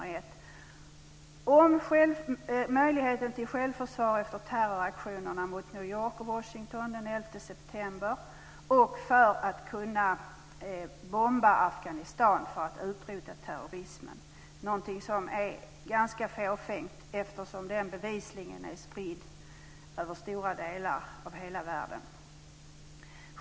Det gällde möjligheten till självförsvar efter terroraktionerna mot New York och Washington den 11 september och att man skulle kunna bomba Afghanistan för att utrota terrorismen. Det är någonting som är ganska fåfängt eftersom den bevisligen är spridd över stora delar av världen.